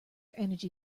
energy